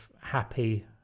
happy